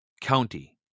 county